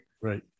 Right